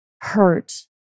hurt